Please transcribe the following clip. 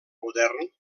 modern